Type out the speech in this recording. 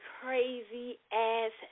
crazy-ass